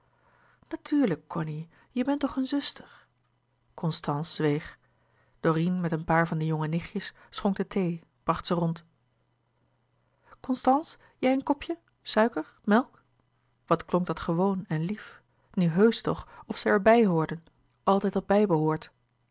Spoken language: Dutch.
natuurlijk cony je bent toch hun zuster louis couperus de boeken der kleine zielen constance zweeg dorine met een paar van de jonge nichtjes schonk de thee bracht ze rond constance jij een kopje suiker melk wat klonk dat gewoon en lief nu heusch toch of zij er bij behoorde altijd